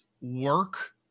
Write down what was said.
work